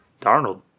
Darnold